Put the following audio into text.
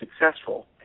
successful